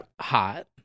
hot